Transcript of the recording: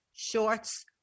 shorts